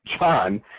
John